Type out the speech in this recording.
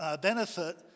benefit